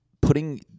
putting